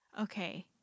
Okay